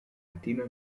latino